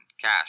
cash